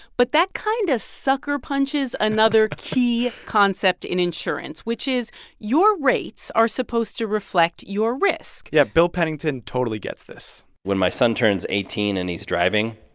but that kind of sucker-punches another key concept in insurance, which is your rates are supposed to reflect your risk yeah. bill pennington totally gets this when my son turns eighteen, and he's driving,